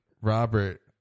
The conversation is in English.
Robert